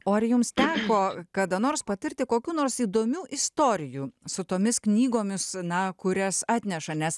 o ar jums teko kada nors patirti kokių nors įdomių istorijų su tomis knygomis na kurias atneša nes